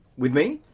with me?